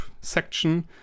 section